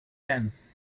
tenth